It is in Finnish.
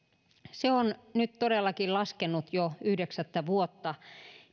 se on nyt todellakin laskenut jo yhdeksättä vuotta